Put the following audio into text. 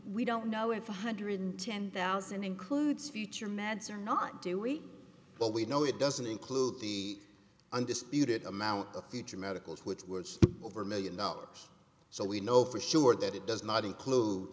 we don't know if one hundred ten thousand includes future meds or not do we but we know it doesn't include the undisputed amount of feature medicals which were over a million dollars so we know for sure that it does not include